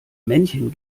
männchen